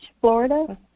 Florida